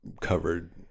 covered